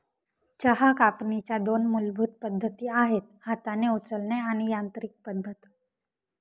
चहा कापणीच्या दोन मूलभूत पद्धती आहेत हाताने उचलणे आणि यांत्रिकी पद्धत